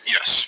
Yes